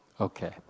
Okay